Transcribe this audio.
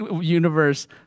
universe